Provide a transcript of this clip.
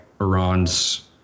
Iran's